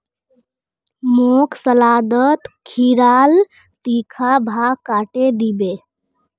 मोक सलादत खीरार तीखा भाग काटे दी बो